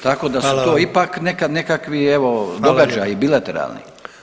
Tako da su to ipak [[Upadica: Hvala vam.]] nekad nekakvi evo događaji [[Upadica: Hvala lijepo.]] bilateralni.